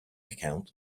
account